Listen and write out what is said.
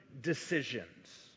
decisions